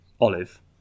olive